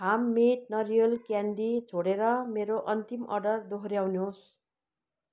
farm made नरिवल candy छोडेर मेरो अन्तिम अर्डर दोहोऱ्याउनुहोस्